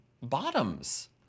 bottoms